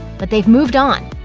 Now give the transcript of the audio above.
but they've moved on.